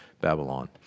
Babylon